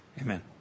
Amen